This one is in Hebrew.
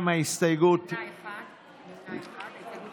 הרשימה המשותפת אחרי סעיף 1 לא נתקבלה.